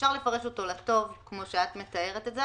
אפשר לפרש לטוב כפי שאת מתארת את זה,